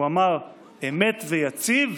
אמת ויציב,